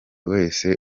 wese